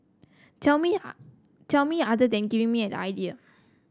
tell me tell me other than giving me the idea